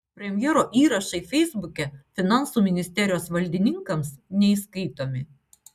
premjero įrašai feisbuke finansų ministerijos valdininkams neįskaitomi